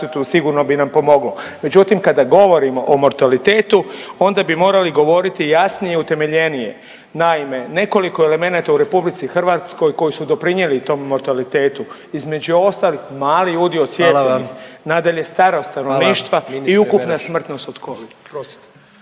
sigurno bi nam pomoglo, međutim kada govorimo o mortalitetu onda bi morali govoriti jasnije i utemeljenije. Naime, nekoliko elemenata u RH koji su doprinjeli tom mortalitetu, između ostalih mali udio cijepljenih…/Upadica predsjednik: